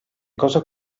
cosa